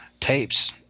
tapes